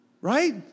Right